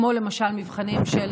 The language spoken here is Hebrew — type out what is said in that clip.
כמו מבחנים של